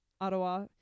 Ottawa